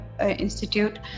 institute